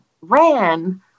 ran